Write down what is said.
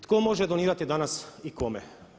Tko može donirati danas i kome?